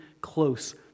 close